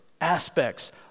aspects